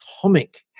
Atomic